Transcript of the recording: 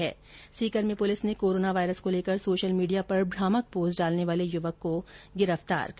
उधर सीकर में पुलिस ने कोरोना वायरस को लेकर सोशल मीडिया पर भ्रामक पोस्ट डालने वाले एक युवक को गिरफ्तार किया है